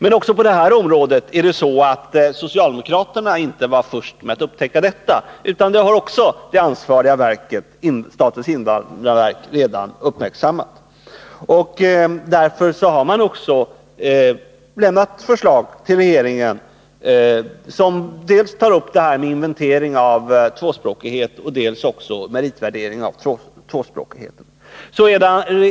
Inte heller detta var socialdemokraterna de första att upptäcka, utan också det har det ansvariga verket — statens invandrarverk — redan uppmärksammat. Därför har man lämnat förslag till regeringen där man tar upp dels önskemålet om en inventering, dels meritvärderingen när det gäller tvåspråkigheten.